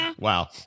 Wow